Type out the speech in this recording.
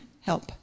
help